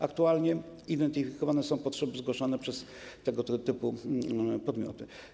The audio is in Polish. Aktualnie identyfikowane są potrzeby zgłaszane przez tego typu podmioty.